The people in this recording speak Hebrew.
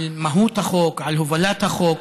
על מהות החוק, על הובלת החוק,